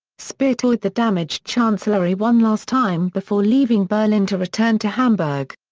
speer toured the damaged chancellery one last time before leaving berlin to return to hamburg.